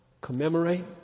commemorate